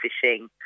fishing